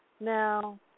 Now